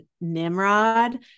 Nimrod